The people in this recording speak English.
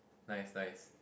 nice nice